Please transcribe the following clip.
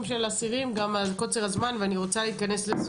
האסירים בגלל קוצר הזמן ואני רוצה לסכם.